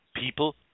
people